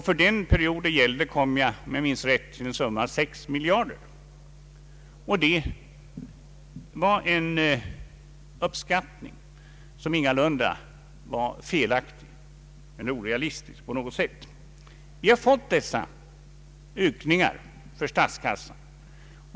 För den period det gällde kom jag då, om jag minns rätt, till en summa av 6 miljarder kronor, och det var en uppskattning som ingalunda var felaktig eller orealistisk på något sätt. Vi har fått dessa ökningar för statskassan.